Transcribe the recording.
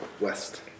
west